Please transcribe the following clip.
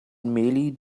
merely